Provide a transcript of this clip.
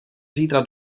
zítra